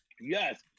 yes